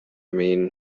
mean